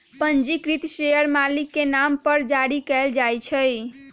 पंजीकृत शेयर मालिक के नाम पर जारी कयल जाइ छै